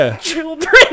children